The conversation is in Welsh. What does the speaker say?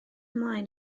ymlaen